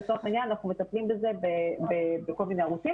לצורך העניין אנחנו מטפלים בזה בכל מיני ערוצים.